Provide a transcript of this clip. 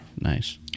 Nice